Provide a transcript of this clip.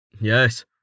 yes